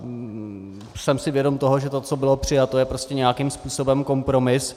A jsem si vědom toho, že to, co bylo přijato, je prostě nějakým způsobem kompromis.